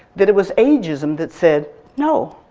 that it was ageism that said no,